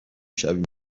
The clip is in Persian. شویم